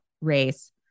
race